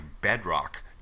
bedrock